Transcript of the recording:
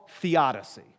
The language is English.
theodicy